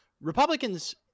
Republicans